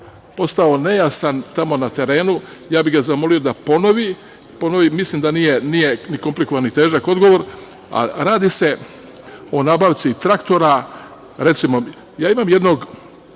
postao nejasan tamo na terenu, ja bih ga zamolio da ponovi. Mislim da nije ni komplikovan ni težak odgovor, a radi se o nabavci traktora. Recimo, ja imam jednog